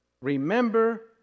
Remember